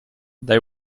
they